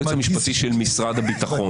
היועץ המשפטי של משרד הביטחון.